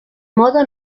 modo